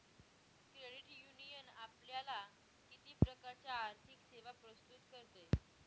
Credit union आपल्याला किती प्रकारच्या आर्थिक सेवा प्रस्तुत करते?